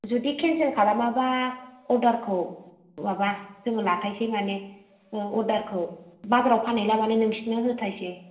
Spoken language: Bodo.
जुदि केन्सेल खालामाबा अर्दारखौ माबा जोङो लाथारनोसै माने ओ अर्दारखौ बाजाराव फानहैला माने नोंसोरनो होथारनोसै